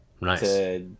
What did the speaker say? Nice